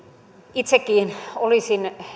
itsekin olisin